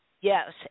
Yes